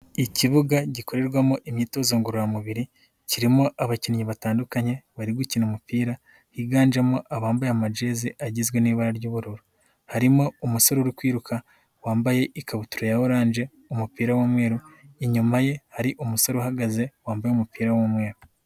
Ikibuga gikorerwamo imyitozo ngororamubiri, kirimo abakinnyi batandukanye bari gukina umupira. Higanjemo abambaye amajeze agizwe n'ibara ry'ubururu. Harimo umusore uri kwiruka wambaye ikabutura ya orange, umupira w'umweru. Inyuma ye hari umusore uhagaze wambaye umupira w'umweru.